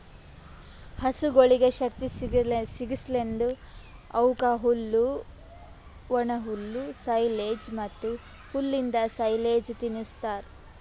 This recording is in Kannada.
ಹಸುಗೊಳಿಗ್ ಶಕ್ತಿ ಸಿಗಸಲೆಂದ್ ಅವುಕ್ ಹುಲ್ಲು, ಒಣಹುಲ್ಲು, ಸೈಲೆಜ್ ಮತ್ತ್ ಹುಲ್ಲಿಂದ್ ಸೈಲೇಜ್ ತಿನುಸ್ತಾರ್